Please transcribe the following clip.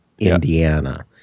Indiana